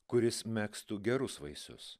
kuris megztų gerus vaisius